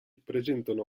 presentano